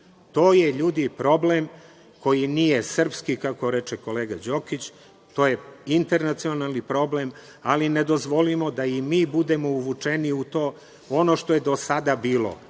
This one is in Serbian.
To je ljudi problem koji nije srpski, kako reče kolega Đokić, to je internacionalni problem, ali ne dozvolimo da i mi budemo uvučeni u to. Ono što je do sada bilo